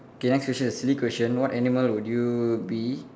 okay next question is silly question what animal would you be